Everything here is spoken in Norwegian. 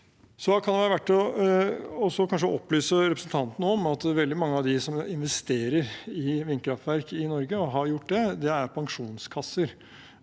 kan kanskje være verdt å opplyse representanten Moxnes om at veldig mange av dem som investerer i vindkraftverk i Norge, og som har gjort det, er pensjonskasser.